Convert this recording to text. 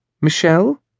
Michelle